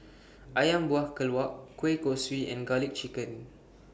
Ayam Buah Keluak Kueh Kosui and Garlic Chicken